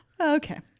okay